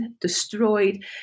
destroyed